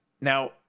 Now